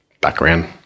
background